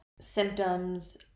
symptoms